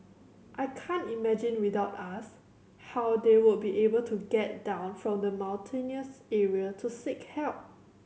I can't imagine without us how they would be able to get down from the mountainous area to seek help